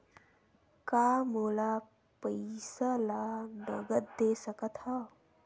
का मोला पईसा ला नगद दे सकत हव?